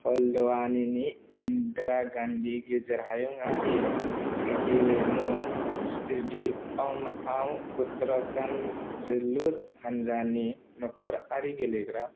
हल्दयानिनि इंदिरा गांधी गेजेर हायुंयारि गेलेमु स्टेडियामआव उत्तराखंड जोलुर हानजानि नख'र आरि गेलेग्रा फोथार